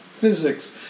physics